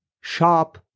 Sharp